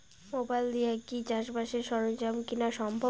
Mobile দিয়া কি চাষবাসের সরঞ্জাম কিনা সম্ভব?